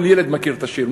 כל ילד מכיר את השיר.